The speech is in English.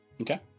Okay